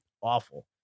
awful